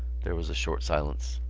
there was a short silence.